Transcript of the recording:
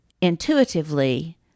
intuitively